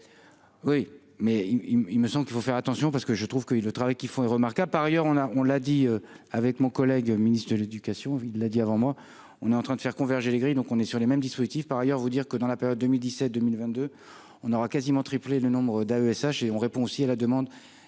il me il me semble qu'il faut faire attention parce que je trouve que le travail qu'ils font remarquer a, par ailleurs, on a, on l'a dit avec mon collègue ministre de l'éducation, il l'a dit avant moi, on est en train de faire converger les grilles, donc on est sur les mêmes dispositifs par ailleurs vous dire que dans la période 2017, 2022 on aura quasiment tripler le nombre d'AESH et on répond aussi à la demande,